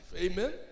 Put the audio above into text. Amen